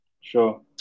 Sure